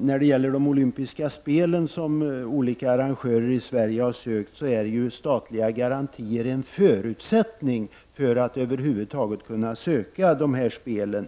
När det gäller de Olympiska spelen, som olika arrangörer i Sverige har sökt, är statliga garantier en förutsättning för att man över huvud taget skall kunna söka dessa spel.